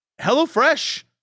HelloFresh